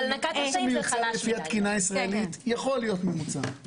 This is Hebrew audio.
מה שמיוצר לפי התקינה הישראלית יכול להיות מיוצר.